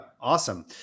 Awesome